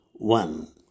One